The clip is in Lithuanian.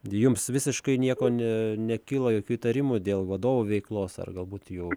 jums visiškai nieko ne nekilo jokių įtarimų dėl vadovo veiklos ar galbūt jų